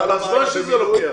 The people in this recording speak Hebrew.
על הזמן שזה אורך.